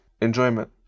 enjoyment